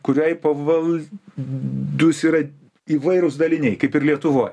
kuriai pavaldūs yra įvairūs daliniai kaip ir lietuvoj